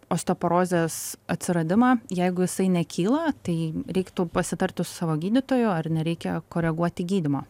osteoporozės atsiradimą jeigu jisai nekyla tai reiktų pasitarti su savo gydytoju ar nereikia koreguoti gydymo